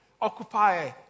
Occupy